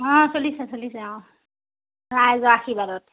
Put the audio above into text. অঁ চলিছে চলিছে অঁ ৰাইজৰ আশীৰ্বাদত